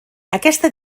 aquesta